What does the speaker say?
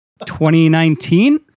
2019